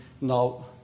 now